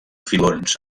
filons